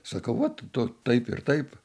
sakau vat to taip ir taip